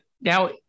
Now